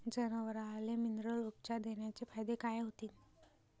जनावराले मिनरल उपचार देण्याचे फायदे काय होतीन?